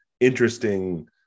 interesting